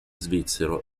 svizzero